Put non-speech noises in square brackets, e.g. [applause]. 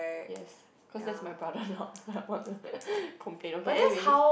yes cause that's my brother [laughs] complain okay anyway